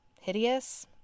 Hideous